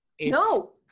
No